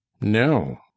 no